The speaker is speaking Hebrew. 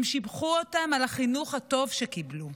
הם שיבחו אותם על החינוך הטוב שקיבלו.